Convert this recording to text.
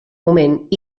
moment